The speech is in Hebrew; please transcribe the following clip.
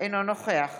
אינו נוכח